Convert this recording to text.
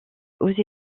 aux